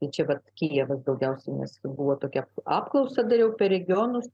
tai čia vat kijeve daugiausiai nes buvo tokia apklausa dariau per regionus